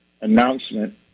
announcement